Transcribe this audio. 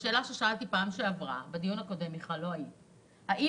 שאלתי בדיון הקודם ואני שואלת שוב: האם